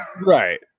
Right